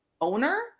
owner